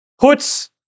puts